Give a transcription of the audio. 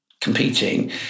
competing